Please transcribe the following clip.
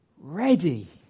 ready